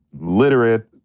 literate